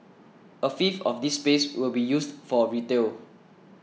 a fifth of this space will be used for retail